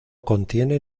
contiene